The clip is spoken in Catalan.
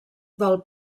del